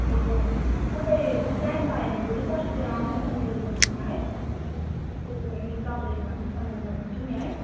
ए हुन्छ तपाईँ टाइम पायो भने भोलि पर्सीतिर आउनुहोस् न मेरो दोकानमा है त्यतिबेला पनि तपाईँले भन्नुहोस् न म गरिदिन्छु नि है